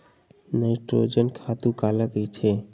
Nitrogen खातु काला कहिथे?